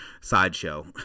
sideshow